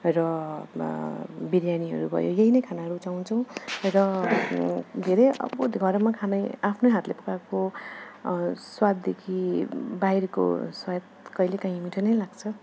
र बिरियानीहरू भयो यही नै खाना रुचाउँछौँ र धेरै अब घरमा खाने आफ्नो हातले पकाएको स्वाददेखि बाहिरको स्वाद कहिले काहीँ मिठो नै लाग्छ